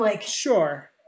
Sure